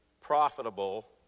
profitable